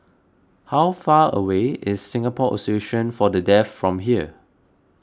how far away is Singapore Association for the Deaf from here